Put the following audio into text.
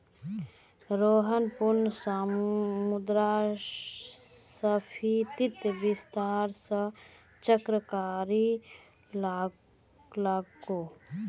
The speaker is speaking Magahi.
रोहन पुनः मुद्रास्फीतित विस्तार स चर्चा करीलकू